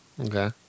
Okay